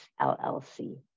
LLC